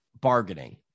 bargaining